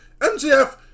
Mgf